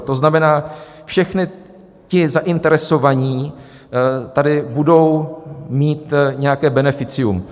To znamená, všichni zainteresovaní tady budou mít nějaké beneficium.